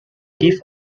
gift